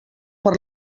per